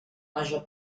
major